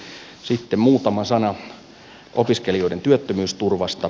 sitten muutama sana opiskelijoiden työttömyysturvasta